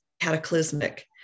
cataclysmic